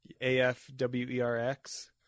afwerx